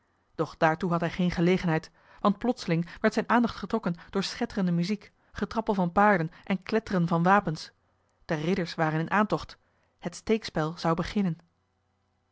doch daartoe had hij geen gelegenheid want plotseling werd zijne aandacht getrokken door schetterende muziek getrappel van paarden en kletteren van wapens de ridders waren in aantocht het steekspel zou beginnen